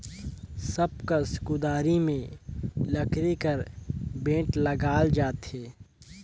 सब कस कुदारी मे लकरी कर बेठ लगाल जाथे